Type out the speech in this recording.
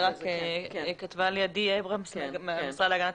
כתבה לי עדי אייברמס מהמשרד להגנת